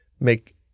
make